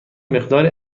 مقداری